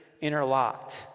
interlocked